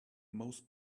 most